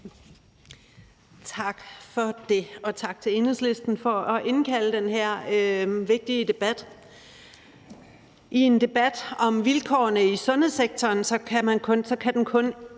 Tak for det, og tak til Enhedslisten for at indkalde til den her vigtige debat. En debat om vilkårene i sundhedssektoren kan kun